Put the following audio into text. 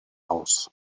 aus